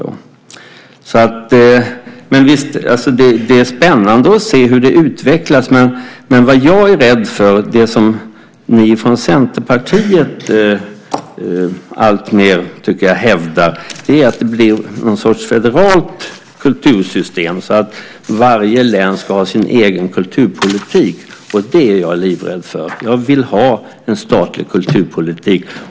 Det är spännande att se hur det utvecklas, men vad jag är rädd för är det som ni från Centerpartiet alltmer hävdar, att det blir någon sorts federalt kultursystem, så att varje län ska ha sin egen kulturpolitik. Det är jag livrädd för. Jag vill ha en statlig kulturpolitik.